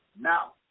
Now